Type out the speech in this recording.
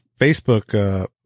Facebook